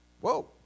Whoa